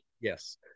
Yes